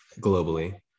globally